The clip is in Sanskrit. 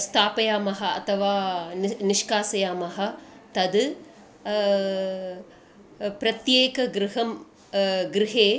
स्थापयामः अथवा नि निष्कासयामः तद् प्रत्येकं गृहं गृहे